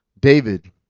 David